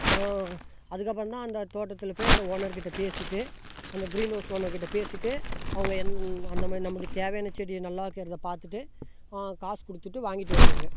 அதுக்கப்புறந்தான் அந்த தோட்டத்தில் போய் அந்த ஓனர் கிட்டே பேசிகிட்டு அந்த க்ரீன் ஹவுஸ் ஓனர் கிட்டே பேசிகிட்டு அவங்க அந்த மாதிரி நமக்கு தேவையான செடியை நல்லா இருக்கிறத பார்த்துட்டு காசு கொடுத்துட்டு வாங்கிகிட்டு வருவோங்க